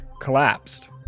collapsed